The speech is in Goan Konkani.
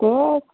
तेंत